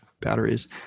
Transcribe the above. batteries